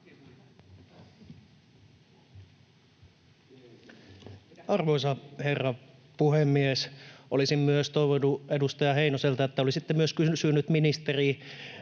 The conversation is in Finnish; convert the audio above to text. Arvoisa herra puhemies! Olisin toivonut edustaja Heinoselta, että olisitte kysynyt ministeriltä